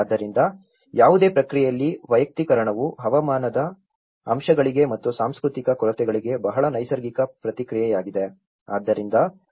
ಆದ್ದರಿಂದ ಯಾವುದೇ ಪ್ರತಿಕ್ರಿಯೆಯಲ್ಲಿ ವೈಯಕ್ತೀಕರಣವು ಹವಾಮಾನದ ಅಂಶಗಳಿಗೆ ಮತ್ತು ಸಾಂಸ್ಕೃತಿಕ ಕೊರತೆಗಳಿಗೆ ಬಹಳ ನೈಸರ್ಗಿಕ ಪ್ರತಿಕ್ರಿಯೆಯಾಗಿದೆ